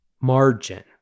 Margin